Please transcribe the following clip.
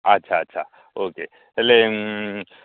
ଆଚ୍ଛା ଆଚ୍ଛା okay ହେଲେ